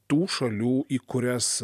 tų šalių į kurias